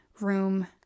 room